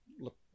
look